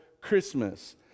Christmas